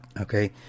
okay